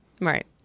Right